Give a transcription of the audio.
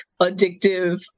addictive